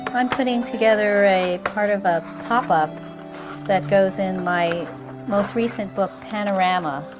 but i'm putting together a part of a pop-up that goes in my most recent book, panorama,